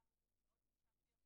שיהיה ברור.